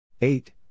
eight